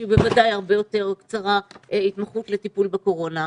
שהיא בוודאי הרבה יותר קצרה התמחות לטיפול בקורונה.